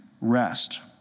rest